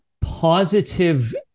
positive